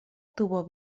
tuvo